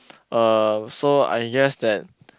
uh so I guess that